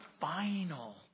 final